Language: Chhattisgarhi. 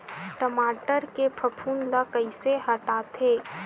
टमाटर के फफूंद ल कइसे हटाथे?